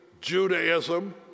Judaism